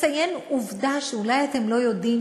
לציין עובדה שאולי אתם לא יודעים,